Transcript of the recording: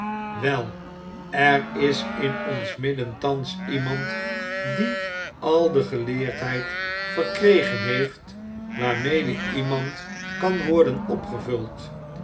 wel er is in ons midden thans iemand die al de geleerdheid verkregen heeft waarmede iemand kan worden opgevuld